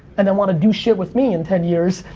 and then wanna do shit with me in ten years,